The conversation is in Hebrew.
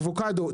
אבוקדו,